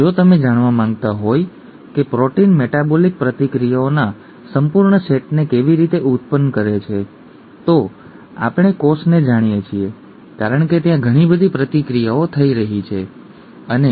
જો તમે જાણતા હોવ કે પ્રોટીન મેટાબોલિક પ્રતિક્રિયાઓના સંપૂર્ણ સેટને કેવી રીતે ઉત્પન્ન કરે છે વગેરે વગેરે તો આપણે કોષને જાણીએ છીએ કારણ કે ત્યાં ઘણી બધી ક્રિયાપ્રતિક્રિયાઓ થઈ રહી છે વગેરે વગેરે